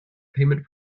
payment